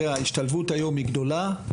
ההשתלבות היום היא גדולה.